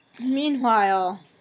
Meanwhile